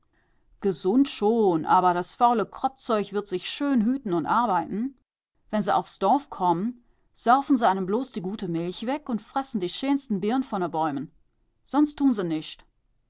gesund schon aber das faule kroppzeug wird sich schön hüten und arbeiten wenn se aufs dorf komm'n saufen se einem bloß die gute milch weg und fressen die scheensten birn von a bäumen sonst tun se nischt